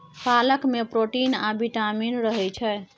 पालक मे प्रोटीन आ बिटामिन रहय छै